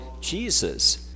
Jesus